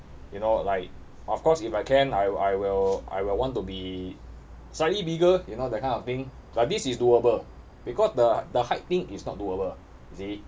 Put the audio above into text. you know like of course if I can I I will I will want to be slightly bigger you know that kind of thing but this is doable because the the height thing is not doable you see